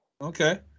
Okay